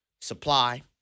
supply